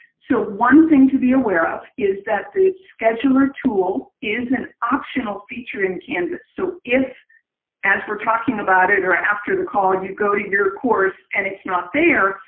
so one thing to be aware of is the scheduler tool is an optional feature in canvas. so if as we are talking about it or after the call, and you go to your course and it is not there,